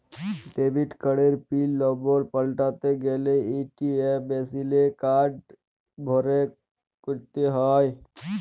debit কার্ডের pin number পাল্টাতে গ্যালে এ.টি.এম মেশিলে কার্ড ভরে ক্যরতে হ্য়য়